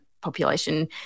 population